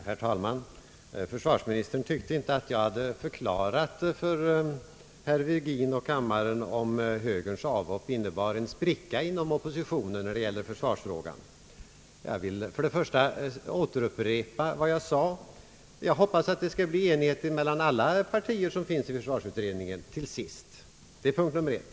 Herr talman! Försvarsministern tyckte inte att jag hade förklarat för herr Virgin och för kammarens övriga ledamöter, om högerns avhopp innebar en spricka inom oppositionen i försvarsfrågan eller inte. Jag vill för det första upprepa vad jag tidigare framhållit: jag hoppas att det till sist skall bli enighet mellan alla inom försvarsutredningen representerade partier.